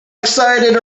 excited